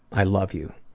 i love you.